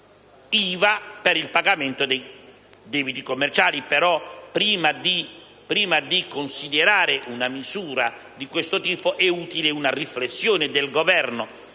IVA per il pagamento dei debiti commerciali. Però, prima di considerare una misura di questo tipo, è utile una riflessione del Governo,